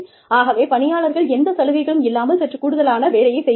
ஆகவே பணியாளர்கள் எந்த சலுகைகளும் இல்லாமல் சற்று கூடுதலான வேலையைச் செய்கிறார்கள்